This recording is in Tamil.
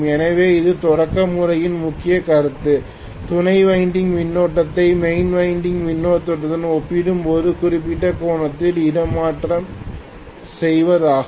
எனவே இது தொடக்க முறையின் முக்கிய கருத்து துணை வைண்டிங் மின்னோட்டத்தை மெயின் வைண்டிங் மின்னோட்டத்துடன் ஒப்பிடும்போது குறிப்பிட்ட கோணத்தில் இடமாற்றம் செய்வதாகும்